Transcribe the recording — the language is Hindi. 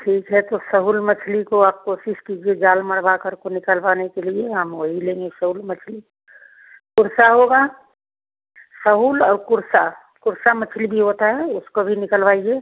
ठीक है तो सहूल मछली को आप कोशिश कीजिए जाल मरवाकर को निकलवाने के लिए हम वही लेंगे सहूल मछली कुरसा होगा सहूल और कुरसा कुरसा मछली भी होता है उसको भी निकलवाइए